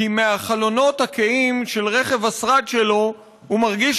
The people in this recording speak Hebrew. כי מהחלונות הכהים של רכב השרד שלו הוא מרגיש